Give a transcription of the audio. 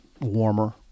warmer